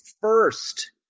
first